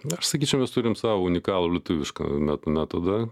aš sakyčiau mes turim savo unikalų lietuvišką me metodą